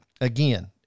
again